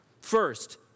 First